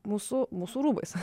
mūsų mūsų rūbais